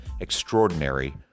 extraordinary